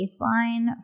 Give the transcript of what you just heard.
baseline